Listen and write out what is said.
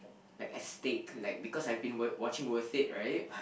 like a steak like because I've been w~ watching Worth It right